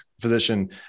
physician